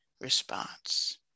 response